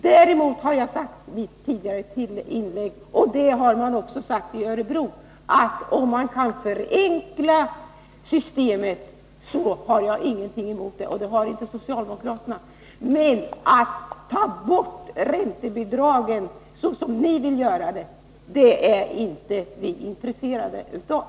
Däremot har jag sagt i mitt tidigare inlägg — och det har man också sagt i Örebro — att om man kan förenkla systemet, så har varken jag eller socialdemokraterna någonting emot det. Men att ta bort räntebidragen, såsom ni vill göra, det är vi inte intresserade av.